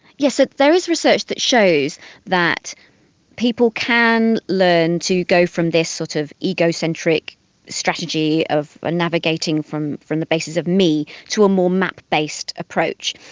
yes, ah there is research that shows that people can learn to go from this sort of egocentric strategy of navigating from from the basis of me to a more map-based approach.